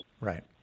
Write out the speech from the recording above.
Right